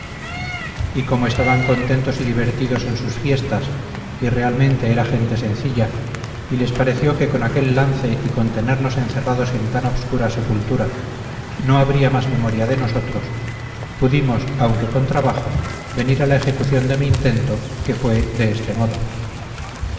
y como estaban contentos y divertidos en sus fiestas y realmente era gente sencilla y les pareció que con aquel lance y con tenernos encerrados en tan obscura sepultura no habría más memoria de nosotros pudimos aunque con trabajo venir a la ejecución de mi intento que fue de este modo